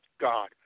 God